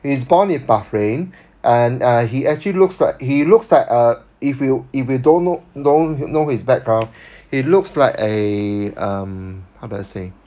he's born in bahrain and err he actually looks like he looks like uh if you if you don't know don't know his background he looks like a um how do I say